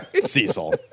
Cecil